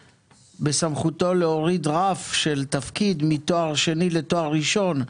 שבסמכותו להוריד רף של תפקיד מתואר שני לתואר ראשון.